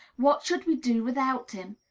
what should we do without him?